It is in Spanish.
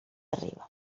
arriba